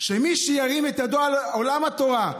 שמי שירים את ידו על עולם התורה,